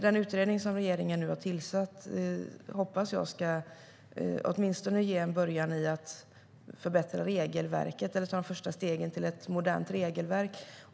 Den utredning som regeringen nu har tillsatt hoppas jag ska ge åtminstone en början när det gäller att förbättra regelverket eller att ta de första stegen till ett modernt regelverk.